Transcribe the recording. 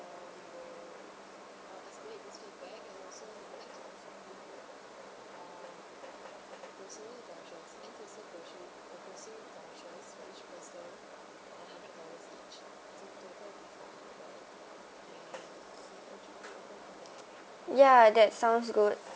yeah that sounds good